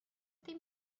dim